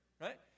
right